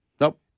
Nope